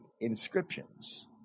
inscriptions